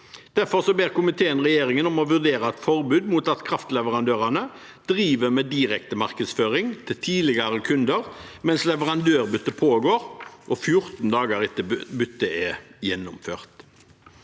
Derfor ber komiteen regjeringen om å vurdere et forbud mot at kraftleverandørene driver med direktemarkedsføring til tidligere kunder mens leverandørbyttet pågår, og 14 dager etter at byttet er gjennomført.